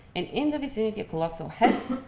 and in the vicinity a colossal head,